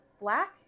black